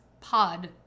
pod